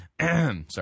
Sorry